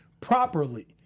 properly